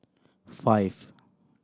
five